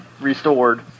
restored